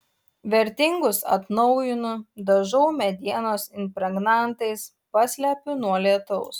vertingus atnaujinu dažau medienos impregnantais paslepiu nuo lietaus